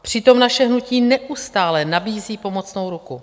Přitom naše hnutí neustále nabízí pomocnou ruku.